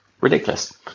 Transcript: ridiculous